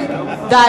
בדיוק.